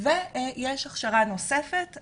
ויש הכשרה נוספת,